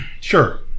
Sure